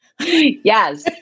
Yes